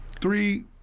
three